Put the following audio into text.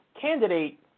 candidate